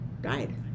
died